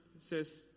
says